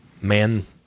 man